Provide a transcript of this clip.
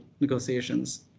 negotiations